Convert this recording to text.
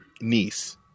niece